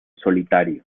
solitario